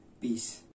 Peace